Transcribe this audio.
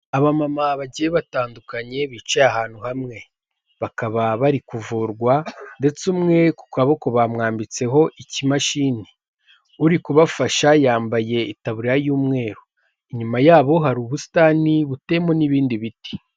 Abama bagiye batandukanye bicaye ahantu hamwe bakaba bari kuvurwa ndetse umwe ku kaboko bamwambitseho ikimashini, uri kubafasha yambaye itabariya y'umweru, inyuma yabo hari ubusitani buteyemo n'ibindi biti.